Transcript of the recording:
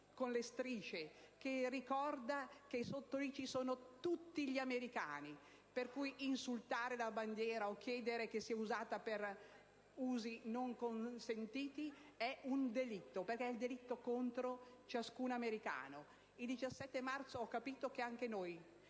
e le strisce, che ricordano che lì sotto ci sono tutti gli americani. Di conseguenza, insultare la bandiera o chiedere che sia usata per usi non consentiti è un delitto, perché è un delitto contro ciascun americano. Il 17 marzo ho capito che anche noi